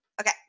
Okay